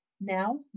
Now